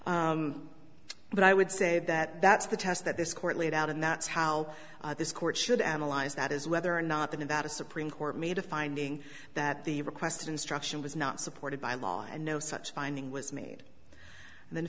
enough but i would say that that's the test that this court laid out and that's how this court should analyze that is whether or not the nevada supreme court made a finding that the requested instruction was not supported by law and no such finding was made and then